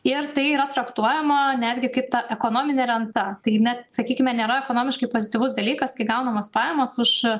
ir tai yra traktuojama netgi kaip ta ekonominė renta tai net sakykime nėra ekonomiškai pozityvus dalykas kai gaunamos pajamos už